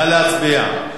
נא להצביע.